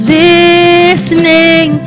listening